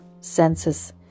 senses